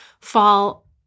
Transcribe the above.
fall